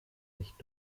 nicht